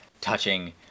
touching